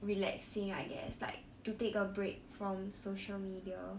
relaxing I guess like to take a break from social media